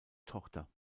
tochter